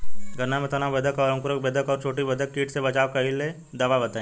गन्ना में तना बेधक और अंकुर बेधक और चोटी बेधक कीट से बचाव कालिए दवा बताई?